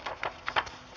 p k